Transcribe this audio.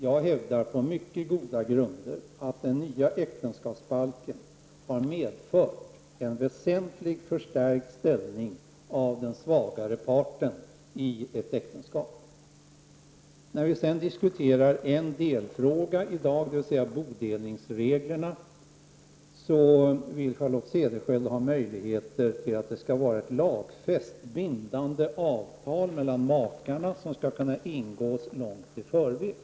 Jag hävdar på mycket goda grunder att den nya äktenskapsbalken har medfört en väsentligt förstärkt ställning för den svagare parten i ett äktenskap. När vi sedan i dag diskuterar en delfråga, dvs. bodelningsreglerna, vill Charlotte Cederschiöld att det skall finnas möjligheter till ett lagfäst, bindande avtal mellan makarna och att detta skall kunna ingås långt i förväg.